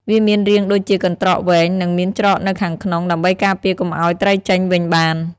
វាមានរាងដូចជាកន្ត្រកវែង និងមានច្រកនៅខាងក្នុង ដើម្បីការពារកុំឲ្យត្រីចេញវិញបាន។